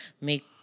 make